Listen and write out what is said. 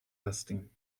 هستیم